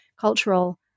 cultural